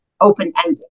open-ended